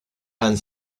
and